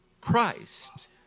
Christ